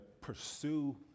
pursue